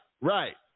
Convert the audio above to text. Right